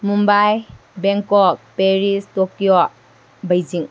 Mumbai Bangkok Paris Tokyo Beijing